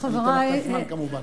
אני אתן לך את הזמן כמובן.